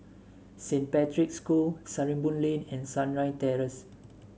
Saint Patrick's School Sarimbun Lane and Sunrise Terrace